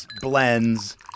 blends